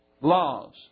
laws